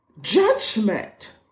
judgment